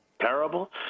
terrible